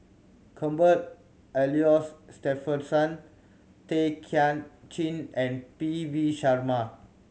Cuthbert Aloysius Shepherdson Tay Kay Chin and P V Sharma